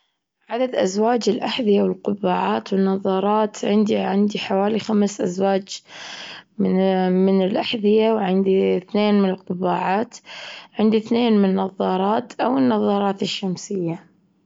عدد أزواج الأحذية والقبعات والنظارات عندي، عندي حوالي خمس أزواج من ا- من الأحذية، وعندي اثنين من القبعات، عندي اثنين من نظارات أو النظارات الشمسية.